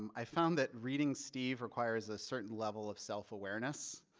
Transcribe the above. um i found that reading steve requires a certain level of self awareness,